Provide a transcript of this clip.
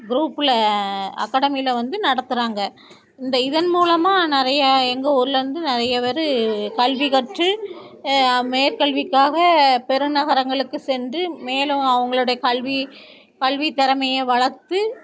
குரூப்பில் அக்காடமியில வந்து நடத்துகிறாங்க இந்த இதன் மூலமாக நிறைய எங்கள் ஊரில் இருந்து நிறைய பேர் கல்வி கற்று மேற்கல்விக்காக பெருநகரங்களுக்கு சென்று மேலும் அவங்களுடைய கல்வி கல்வித் திறமைய வளர்த்து